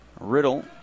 Riddle